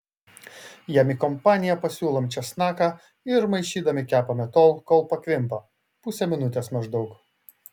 jam į kompaniją pasiūlom česnaką ir maišydami kepame tol kol pakvimpa pusę minutės maždaug